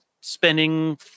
spending